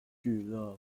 俱乐部